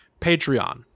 Patreon